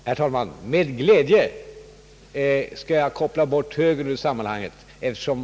Herr talman!